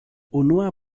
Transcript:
unua